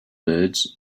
birds